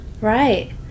Right